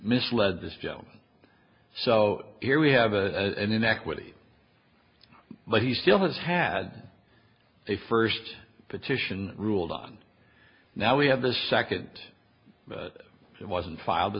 misled this joe so here we have a inequity but he still has had a first petition ruled on now we have the second but it wasn't filed